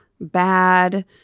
bad